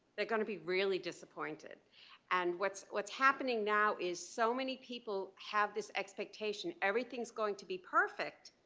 they're gonna be really disappointed and what's what's happening now is so many people have this expectation, everything's going to be perfect.